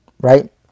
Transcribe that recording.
Right